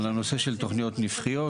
על הנושא של תוכניות נפחיות,